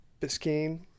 Biscayne